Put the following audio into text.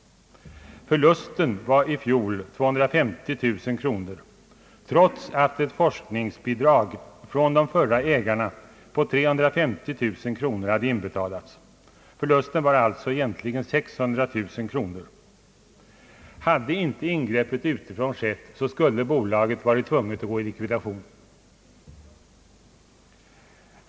Förlusten var i fjol 250 000 kronor, trots att ett forskningsbidrag från de förra ägarna på 350 000 kronor hade inbetalats. Förlusten var alltså egentli gen 600 000 kronor. Hade inte ingreppet utifrån skett, skulle bolaget ha varit tvunget att träda i likvidation.